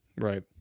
Right